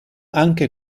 anche